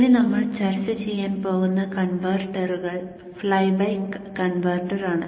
ഇനി നമ്മൾ ചർച്ച ചെയ്യാൻ പോകുന്ന കൺവെർട്ടറുകൾ ഫ്ലൈബാക്ക് കൺവെർട്ടറാണ്